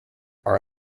are